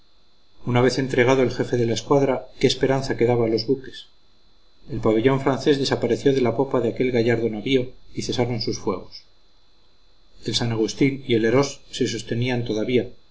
una vez entregado el jefe de la escuadra qué esperanza quedaba a los buques el pabellón francés desapareció de la popa de aquel gallardo navío y cesaron sus fuegos el san agustín y el herós se sostenían todavía